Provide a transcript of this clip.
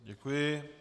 Děkuji.